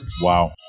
Wow